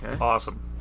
Awesome